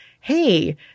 hey